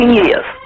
years